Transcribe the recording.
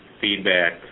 feedback